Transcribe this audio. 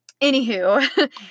Anywho